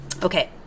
okay